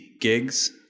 gigs